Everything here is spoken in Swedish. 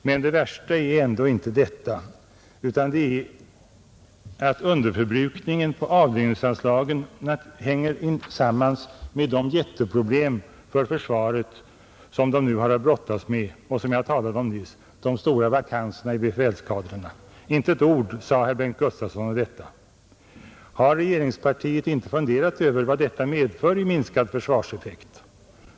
Men det värsta är ändå inte detta, utan det är att underförbrukningen på avlöningsanslagen hänger samman med de jätteproblem som försvaret har att brottas med — de stora vakanserna i befälskadrarna. Inte ett ord sade herr Gustavsson om detta. Har regeringspartiet inte funderat över vad det medför i minskad försvarseffekt?